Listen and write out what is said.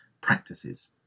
practices